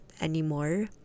anymore